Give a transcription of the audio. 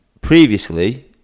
previously